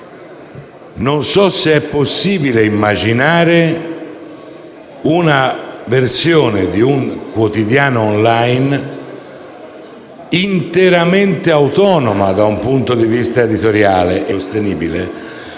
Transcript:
non so se sia possibile immaginare una versione di un quotidiano *online* interamente autonoma da un punto di vista editoriale e se